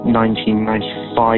1995